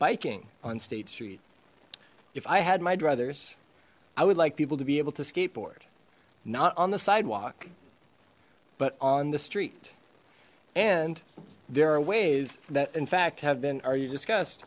biking on state street if i had my druthers i would like people to be able to skateboard not on the sidewalk but on the street and there are ways that in fact have been are you discussed